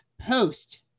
post